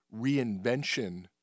reinvention